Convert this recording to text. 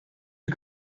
ihr